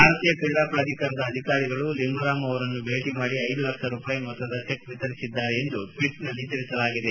ಭಾರತೀಯ ಕ್ರೀಡಾ ಪ್ರಾಧಿಕಾರದ ಅಧಿಕಾರಿಗಳು ಲಿಂಬಾರಾಮ್ ಅವರನ್ನು ಭೇಟಿ ಮಾಡಿ ಐದು ಲಕ್ಷ ರೂಪಾಯಿ ಮೊತ್ತ ಚೆಕ್ ವಿತರಿಸಿದ್ದಾರೆ ಎಂದು ಟ್ಷೀಟ್ನಲ್ಲಿ ತಿಳಿಸಿದೆ